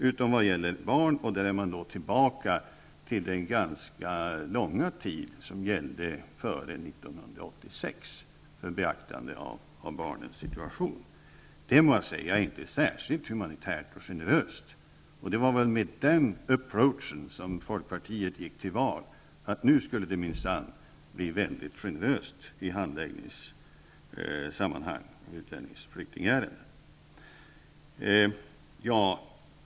Undantagna är barnen, och i det avseendet är man tillbaka i ett system med den ganska långa tid som gällde före 1986 för beaktande av barnens situation. Jag må då säga att det inte är särskilt humanitärt eller generöst. Det var väl med den ''approachen'' som folkpartiet gick till val -- nu skulle det minsann bli väldigt generöst i fråga om handläggningen i utlännings och flyktingärenden.